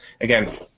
Again